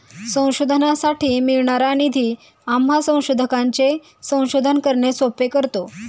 संशोधनासाठी मिळणारा निधी आम्हा संशोधकांचे संशोधन करणे सोपे करतो